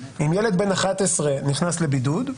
אם ילד בן 11 נכנס לבידוד,